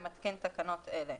אני מתקין תקנות אלה: